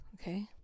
Okay